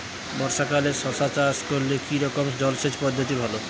বর্ষাকালে শশা চাষ করলে কি রকম জলসেচ পদ্ধতি ভালো?